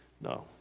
No